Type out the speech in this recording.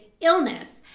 illness